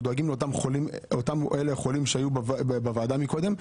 אנחנו דואגים לאותם חולים שהיו בוועדה מקודם,